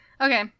Okay